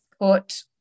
put